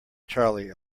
charlie